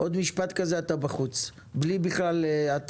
עוד משפט כזה אתה בחוץ בלי התראה.